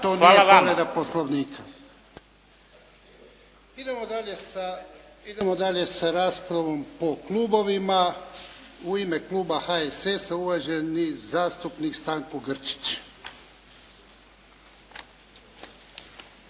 Poslovnika. Idemo dalje sa raspravom po klubovima. U ime kluba HSS-a, uvaženi zastupnik Stanko Grčić.